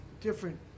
Different